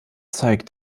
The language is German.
zeigt